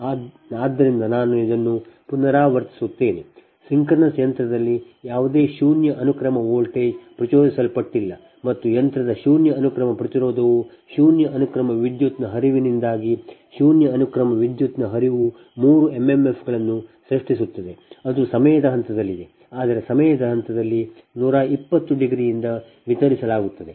ಆದ್ದರಿಂದ ನಾನು ಇದನ್ನು ಪುನರಾವರ್ತಿಸುತ್ತೇನೆ ಸಿಂಕ್ರೊನಸ್ ಯಂತ್ರದಲ್ಲಿ ಯಾವುದೇ ಶೂನ್ಯ ಅನುಕ್ರಮ ವೋಲ್ಟೇಜ್ ಪ್ರಚೋದಿಸಲ್ಪಟ್ಟಿಲ್ಲ ಮತ್ತು ಯಂತ್ರದ ಶೂನ್ಯ ಅನುಕ್ರಮ ಪ್ರತಿರೋಧವು ಶೂನ್ಯ ಅನುಕ್ರಮ ವಿದ್ಯುತ್ನ ಹರಿವಿನಿಂದಾಗಿ ಶೂನ್ಯ ಅನುಕ್ರಮ ವಿದ್ಯುತ್ನ ಹರಿವು ಮೂರು ಎಂಎಂಎಫ್ಗಳನ್ನು ಸೃಷ್ಟಿಸುತ್ತದೆ ಅದು ಸಮಯದ ಹಂತದಲ್ಲಿದೆ ಆದರೆ ¸ಸಮಯದ ಹಂತದಲ್ಲಿ 120ನಿಂದ ವಿತರಿಸಲಾಗುತ್ತದೆ